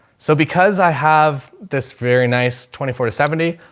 so because i have this very nice twenty four to seventy,